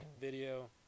video